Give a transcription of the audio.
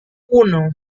uno